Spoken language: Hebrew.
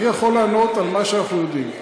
אני יכול לענות על מה שאנחנו יודעים.